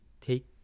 take